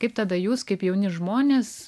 kaip tada jūs kaip jauni žmonės